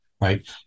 right